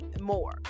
more